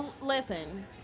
listen